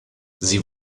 sie